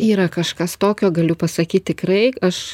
yra kažkas tokio galiu pasakyt tikrai aš